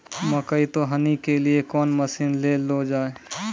मकई तो हनी के लिए कौन मसीन ले लो जाए?